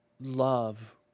love